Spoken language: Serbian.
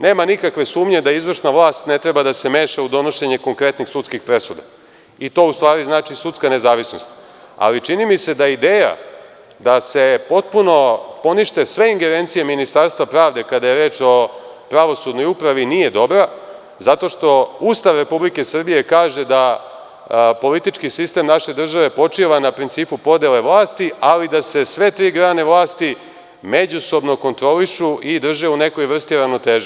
Nema nikakve sumnje da izvršna vlast ne treba da se meša u donošenje konkretnih sudskih presuda, i to u stvari znači sudska nezavisnost, ali čini mi se da ideja da se potpuno ponište sve ingerencije Ministarstva pravde kada je reč o pravosudnoj upravi nije dobra, jer Ustav Republike Srbije kaže da politički sistem naše države počiva na principu podele vlasti, ali da se sve tri grane vlasti međusobno kontrolišu i drže u nekoj vrsti ravnoteže.